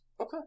Okay